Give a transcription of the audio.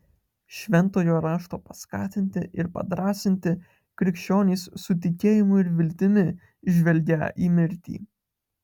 šventojo rašto paskatinti ir padrąsinti krikščionys su tikėjimu ir viltimi žvelgią į mirtį